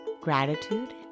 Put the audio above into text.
Gratitude